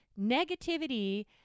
negativity